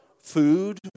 food